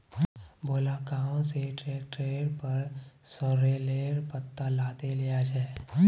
भोला गांव स ट्रैक्टरेर पर सॉरेलेर पत्ता लादे लेजा छ